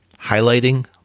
highlighting